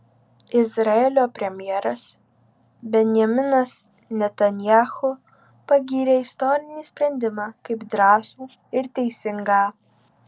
izraelio premjeras benjaminas netanyahu pagyrė istorinį sprendimą kaip drąsų ir teisingą